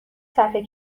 صفحه